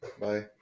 Bye